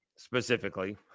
Specifically